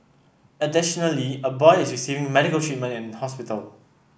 additionally a boy is receiving medical treatment in hospital